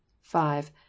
five